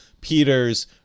Peter's